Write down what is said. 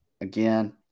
again –